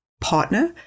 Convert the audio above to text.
partner